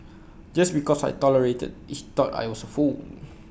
just because I tolerated he thought I was A fool